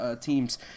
teams